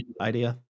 idea